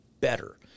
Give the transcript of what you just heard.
better